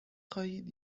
خواهید